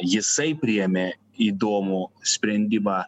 jisai priėmė įdomų sprendimą